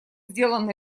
сделан